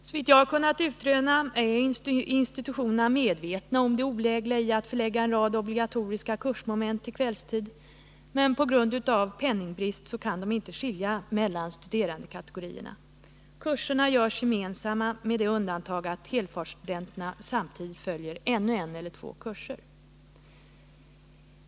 Såvitt jag har kunnat utröna är man på institutionerna medveten om det olägliga i att förlägga en rad obligatoriska kursmoment till kvällstid, men på grund av penningbrist kan man inte skilja mellan studerandekategorierna, utan kurserna görs gemensamma med det undantaget att helfartsstudenterna samtidigt följer ännu en eller två kurser.